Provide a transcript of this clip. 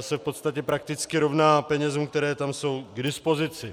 se v podstatě prakticky rovná penězům, které tam jsou k dispozici.